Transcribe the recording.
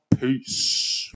Peace